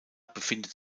befindet